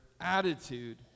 attitude